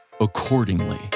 accordingly